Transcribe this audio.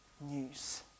news